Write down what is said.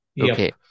Okay